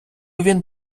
він